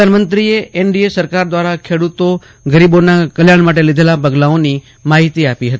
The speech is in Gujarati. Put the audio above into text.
પ્રધાનમંત્રીએ એનડીએ સરકાર દ્વારા ખેડૂતો ગરીબોના કલ્યાજ્ઞ માટે લીધેલા પગલાંઓની માહીતી આપી હતી